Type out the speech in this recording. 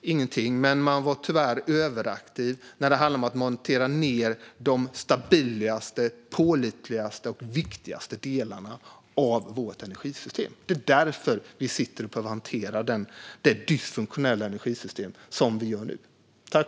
ingenting, men man var tyvärr överaktiv när det handlade om att montera ned de stabilaste, pålitligaste och viktigaste delarna av Sveriges energisystem. Det är därför vi nu behöver hantera det dysfunktionella energisystem som Sverige har.